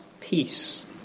peace